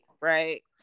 right